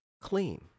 clean